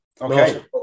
Okay